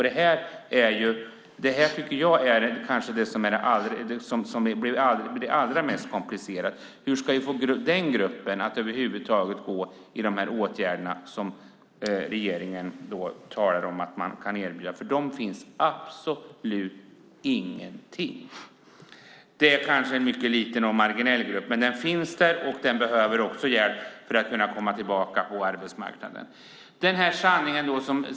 Det tycker jag är det som kanske blir allra mest komplicerat. Hur ska vi få den gruppen att över huvud taget gå till de åtgärder som regeringen talar om att man kan erbjuda? För dem finns absolut ingenting. Det kanske är en mycket liten och marginell grupp, men den finns där och den behöver också hjälp för att kunna komma tillbaka på arbetsmarknaden.